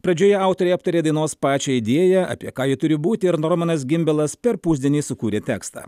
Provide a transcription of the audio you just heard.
pradžioje autoriai aptarė dainos pačią idėją apie ką ji turi būti ir normanas gimbelas per pusdienį sukūrė tekstą